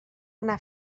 anar